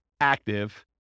active